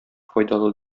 файдалы